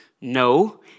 No